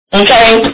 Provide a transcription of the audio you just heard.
okay